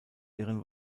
ihren